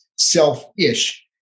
self-ish